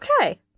okay